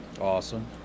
Awesome